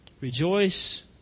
Rejoice